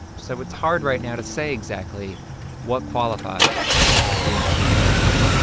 so it's hard right now to say exactly what qualifies as being too careful